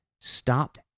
stopped